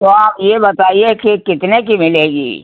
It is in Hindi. तो आप ये बताइए कि कितने की मिलेगी